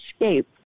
escape